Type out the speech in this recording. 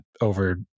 over